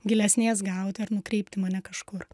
gilesnės gauti ar nukreipti mane kažkur